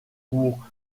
pour